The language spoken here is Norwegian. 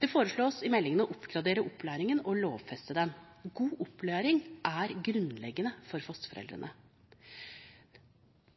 Det foreslås i meldingen å oppgradere opplæringen og lovfeste den. God opplæring er grunnleggende for fosterforeldre.